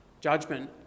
judgment